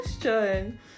question